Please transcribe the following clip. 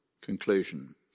Conclusion